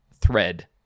thread